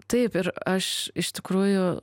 taip ir aš iš tikrųjų